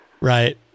Right